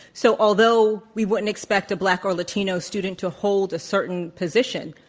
so although we wouldn't expect a black or latino student to hold a certain position,